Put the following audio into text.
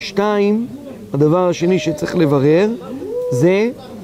שתיים, הדבר השני שצריך לברר זה...